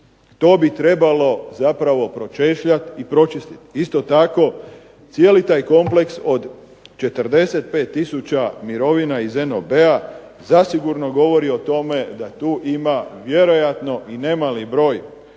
to bi trebalo pročešljati i pročistiti. Isto tako cijeli taj kompleks od 45 tisuća mirovina iz NOB-a zasigurno govori o tome da tu ima nemali broj